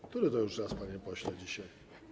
Który to już raz, panie pośle, dzisiaj?